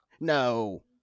no